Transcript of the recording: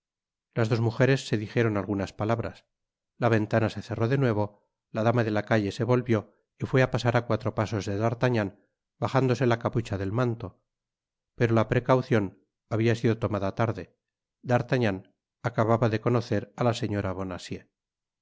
las dos mujeres se dijeron algunas palabras la ventana se cerró de nuevo la dama de la calle se volvió y fué á pasar á cuatro pasos de d'artagnan bajándose la capucha del manto pero la precauciou habia sido tomada tarde d'artagnan acababa de conocer á la señora